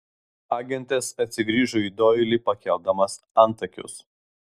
agentas atsigrįžo į doilį pakeldamas antakius